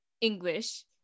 English